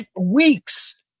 Weeks